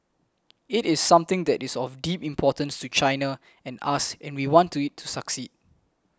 it is something that is of deep importance to China and us and we want it to succeed